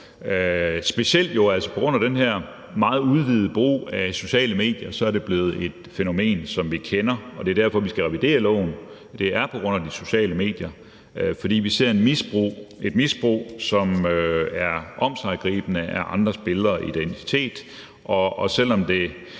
jo altså på grund af den her meget udvidede brug af sociale medier, og det er så blevet et fænomen, som vi kender, og det er derfor, vi skal revidere loven, altså på grund af de sociale medier. Vi ser et misbrug, som er omsiggribende, af andres billeder og identitet,